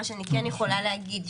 מה שאני כן יכולה להגיד,